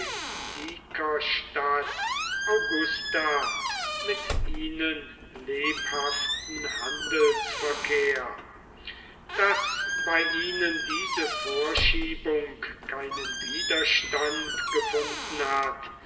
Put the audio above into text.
augusta mit ihnen lebhaften handelsverkehr daß bei ihnen diese vorschiebung keinen widerstand gefunden hat